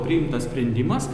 priimtas sprendimas